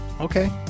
Okay